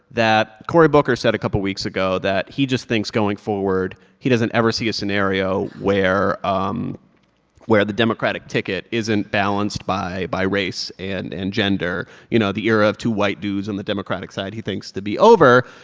that cory booker said a couple weeks ago that he just thinks going forward he doesn't ever see a scenario where um where the democratic ticket isn't balanced by race race and and gender. you know, the era of two white dudes on the democratic side he thinks to be over.